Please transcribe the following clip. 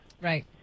Right